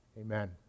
Amen